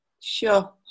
sure